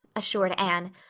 assured anne.